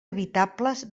habitables